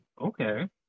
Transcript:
okay